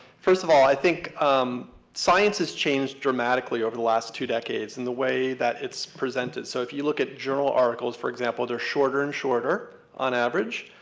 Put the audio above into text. first of all, i think science has changed dramatically over the last two decades in the way that it's presented. so if you look at journal articles, for example, they're shorter and shorter, on average.